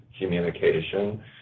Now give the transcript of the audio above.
communication